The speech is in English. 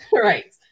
right